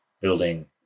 building